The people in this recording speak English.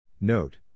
Note